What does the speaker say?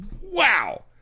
wow